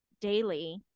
daily